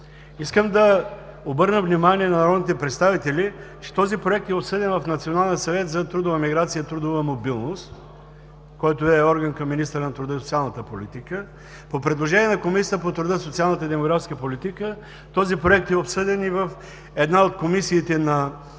Искам да обърна внимание на народните представители, че този проект е обсъден в Националния съвет за трудова миграция и трудова мобилност, който е орган към министъра на труда и социалната политика. По предложение на Комисията по труда, социалната и демографската политика този проект е обсъден и в една от комисиите на